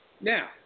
Now